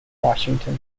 washington